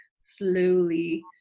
slowly